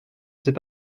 sais